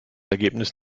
ergebnis